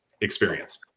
experience